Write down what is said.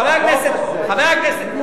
חבר הכנסת מולה,